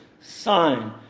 sign